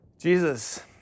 Jesus